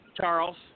Charles